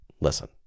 listen